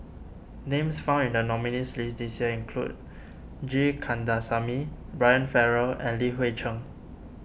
names found in the nominees' list this year include G Kandasamy Brian Farrell and Li Hui Cheng